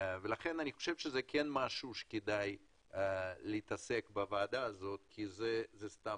זה משהו שכדאי להתעסק בו בוועדה הזו כי זה סתם